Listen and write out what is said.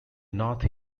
nath